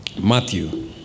Matthew